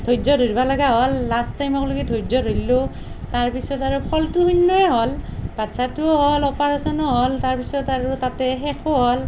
ধৈৰ্য ধৰিব লগা হ'ল লাষ্ট টাইমক লগি ধৈৰ্য ধইল্লু তাৰপিছত আৰু ফলটো শূন্যই হ'ল বাচ্ছাটোও হ'ল অপাৰেছনো হ'ল তাৰপিছত আৰু তাতে শেষো হ'ল